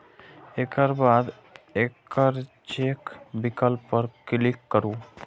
एकर बाद एकल चेक विकल्प पर क्लिक करू